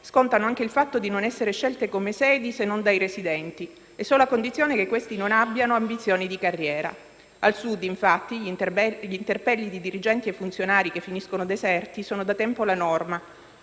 scontano anche il fatto di non essere scelte come sedi se non dai residenti e solo a condizione che questi non abbiano ambizioni di carriera. Al Sud, infatti, gli interpelli di dirigenti e funzionari che finiscono deserti sono da tempo la norma,